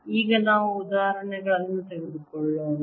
ಈಗ ನಾವು ಉದಾಹರಣೆಗಳನ್ನು ತೆಗೆದುಕೊಳ್ಳೋಣ